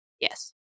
Yes